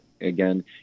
again